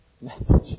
message